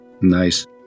Nice